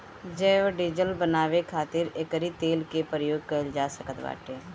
जैव डीजल बानवे खातिर एकरी तेल के प्रयोग कइल जा सकत बाटे